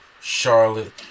Charlotte